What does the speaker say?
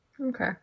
Okay